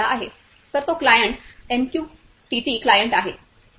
तर तो क्लाएंट एमयूकेटीटी क्लायंट आहे